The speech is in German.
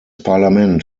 parlament